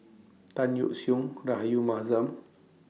Tan Yeok Seong Rahayu Mahzam